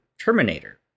Terminator